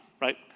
right